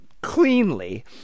cleanly